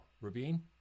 Rabin